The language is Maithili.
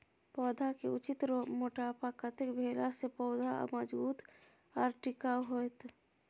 पौधा के उचित मोटापा कतेक भेला सौं पौधा मजबूत आर टिकाऊ हाएत?